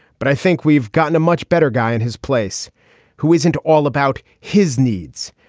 but i think we've gotten a much better guy in his place who isn't all about his needs.